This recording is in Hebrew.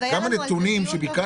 אז היה לנו על זה דיון בוועדה,